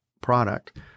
product